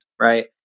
right